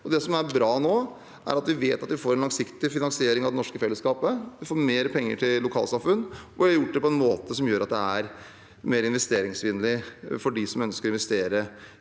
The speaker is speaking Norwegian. Det som er bra nå, er at vi vet at vi får en langsiktig finansiering av det norske fellesskapet, vi får mer penger til lokalsamfunn, og vi har gjort det på en måte som gjør at det er mer investeringsvennlig for dem som ønsker å investere